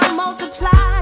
multiply